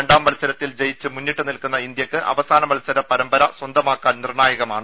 രണ്ടാം മത്സരത്തിൽ ജയിച്ച് മുന്നിട്ട് നിൽക്കുന്ന ഇന്ത്യക്ക് അവസാന മത്സരം പരമ്പര സ്വന്തമാക്കാൻ നിർണായകമാണ്